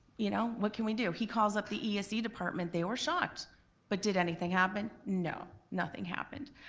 you know, what can we do? he calls up the ese ese department. they were shocked but did anything happen? no, nothing happened.